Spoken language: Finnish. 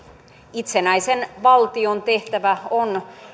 itsenäisen valtion tehtävä on